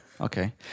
Okay